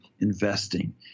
investing